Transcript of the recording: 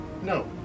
No